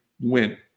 went